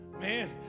Man